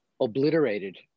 obliterated